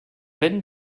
wenn